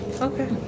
Okay